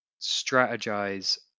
strategize